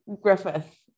Griffith